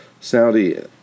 Saudi